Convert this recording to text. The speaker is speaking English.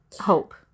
hope